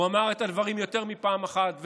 הוא אמר את הדברים יותר מפעם אחת,